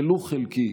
ולו חלקי,